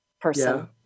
person